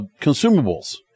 consumables